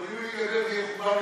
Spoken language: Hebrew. אבל אם אני אדבר זה יהיה מכוון